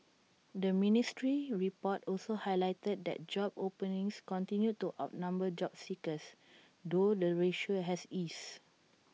the ministry's report also highlighted that job openings continued to outnumber job seekers though the ratio has eased